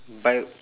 by